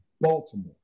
Baltimore